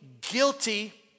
guilty